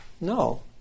No